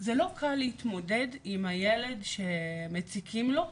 זה לא קל להתמודד עם הילד שמציקים לו,